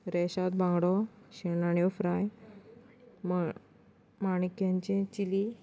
रेशाद बांगडो शिणाण्यो फ्राय म माणक्यांचें चिली